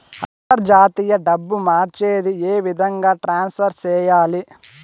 అంతర్జాతీయ డబ్బు మార్చేది? ఏ విధంగా ట్రాన్స్ఫర్ సేయాలి?